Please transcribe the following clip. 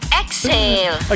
exhale